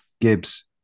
Gibbs